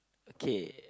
okay